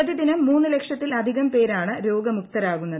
പ്രതിദിനം മൂന്ന് ലക്ഷത്തിലധികം പേരാണ് രോഗമുക്തരാകുന്നത്